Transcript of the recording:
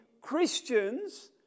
Christians